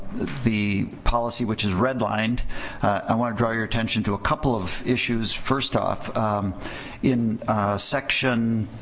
the policy which is redlined i want to draw your attention to a couple of issues first off in section